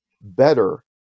better